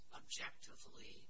objectively